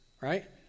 right